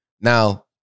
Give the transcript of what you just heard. Now